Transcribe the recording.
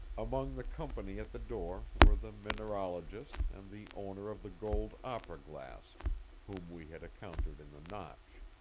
among the company at the door were the mineralogist and the owner of the gold opera glass whom we had encountered in the notch